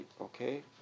okay